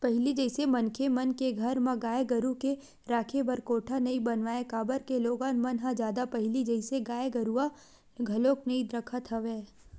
पहिली जइसे मनखे मन के घर म गाय गरु के राखे बर कोठा नइ बनावय काबर के लोगन मन ह जादा पहिली जइसे गाय गरुवा घलोक नइ रखत हवय